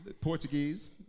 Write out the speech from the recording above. Portuguese